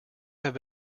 have